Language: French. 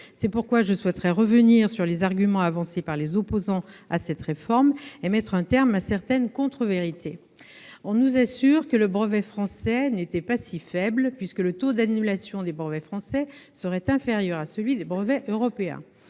C'est pourquoi, je souhaiterais revenir sur les arguments avancés par les opposants à cette réforme et mettre un terme à certaines contrevérités. On nous assure que le brevet français n'est pas si faible, puisque le taux d'annulation des brevets français serait inférieur à celui des brevets européens.